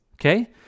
Okay